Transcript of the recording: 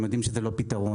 הם יודעים שזה לא פתרון.